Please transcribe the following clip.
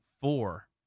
four